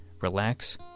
relax